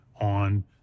on